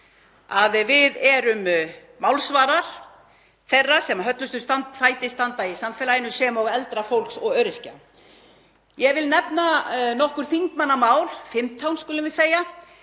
að við erum málsvarar þeirra sem höllustum fæti standa í samfélaginu sem og eldra fólks og öryrkja. Ég vil nefna nokkur þingmannamál, 15 skulum við segja,